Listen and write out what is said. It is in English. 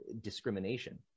discrimination